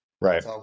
Right